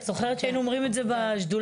את זוכרת שהיינו אומרים את זה בשדולה?